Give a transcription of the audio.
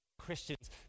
Christians